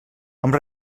amb